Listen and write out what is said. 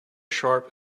sharp